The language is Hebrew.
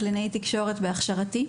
קלינאית תקשורת בהכשרתי.